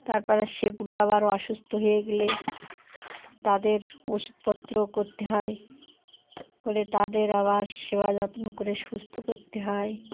তারপরে সেগুলো আবার অসুস্থ হয়ে গেলে তাদের ওষুধপত্র করতে হয় করে তাদের আবার সেবা যত্ন করে সুস্থ করতে হয়